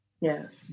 Yes